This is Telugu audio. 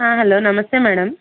hello namaste madam